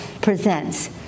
presents